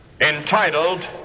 entitled